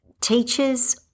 teachers